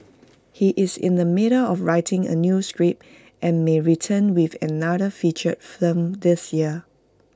he is in the middle of writing A new script and may return with another feature film this year